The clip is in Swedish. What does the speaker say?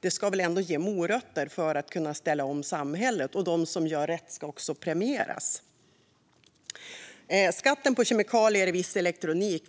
Den ska väl ändå ge morötter för att kunna ställa om samhället. De som gör rätt ska också premieras. Vi anser inte att skatten på kemikalier i viss elektronik